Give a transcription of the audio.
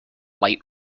light